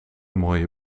mooie